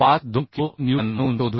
52 kilo newton म्हणून शोधू शकतो